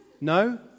No